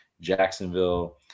jacksonville